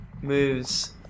moves